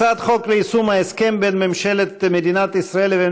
הצעת חוק ליישום ההסכם בין ממשלת מדינת ישראל לבין